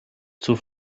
zur